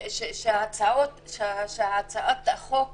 שהצעת החוק